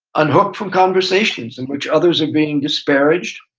unhook from conversations in which others are being disparaged,